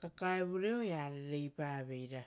kakaevure oea rereipa veira.